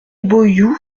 boyoud